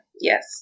Yes